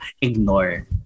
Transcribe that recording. ignore